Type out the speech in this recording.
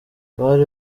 bari